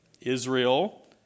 Israel